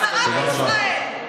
הוא סיים,